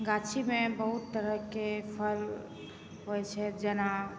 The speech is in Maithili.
गाछीमे बहुत तरहके फल होइ छै जेना